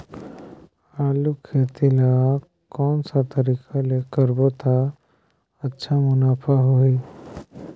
आलू खेती ला कोन सा तरीका ले करबो त अच्छा मुनाफा होही?